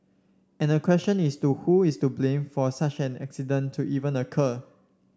and the question is to who is to blame for such an accident to even occur